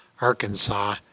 Arkansas